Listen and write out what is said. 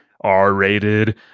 R-rated